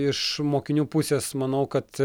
iš mokinių pusės manau kad